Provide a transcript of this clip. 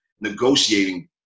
negotiating